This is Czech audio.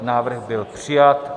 Návrh byl přijat.